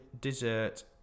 dessert